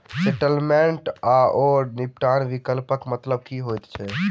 Settlement आओर निपटान विकल्पक मतलब की होइत छैक?